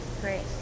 Great